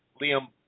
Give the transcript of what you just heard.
Liam